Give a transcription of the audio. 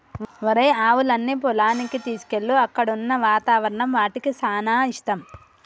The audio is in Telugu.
ఒరేయ్ ఆవులన్నీ పొలానికి తీసుకువెళ్ళు అక్కడున్న వాతావరణం వాటికి సానా ఇష్టం